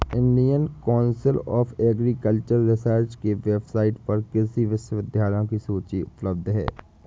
Indian council of agricultural research के website पर कृषि विश्वविद्यालयों की सूची उपलब्ध है